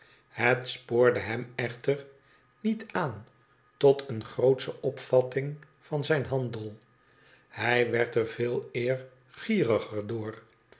het spoorde hem echter niet aan tot eene grootsche opvatting van zijn handel hij werd er veeleer gieriger door